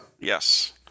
Yes